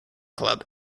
club